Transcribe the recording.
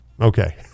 Okay